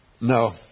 No